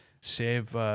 save